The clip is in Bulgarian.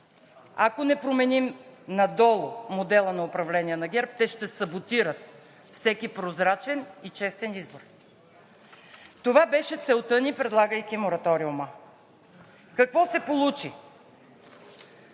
ако не променим надолу модела на управление на ГЕРБ, те ще саботират всеки прозрачен и честен избор. Това беше целта ни, предлагайки мораториума. Какво се получи?